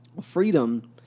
freedom